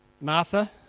Martha